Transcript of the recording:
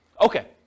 Okay